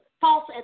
false